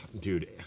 dude